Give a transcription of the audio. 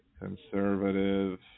conservative